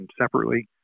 separately